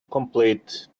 complete